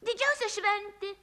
didžiausia šventė